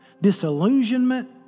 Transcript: disillusionment